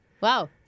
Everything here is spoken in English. Wow